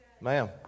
Ma'am